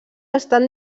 estan